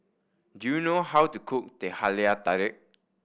do you know how to cook Teh Halia Tarik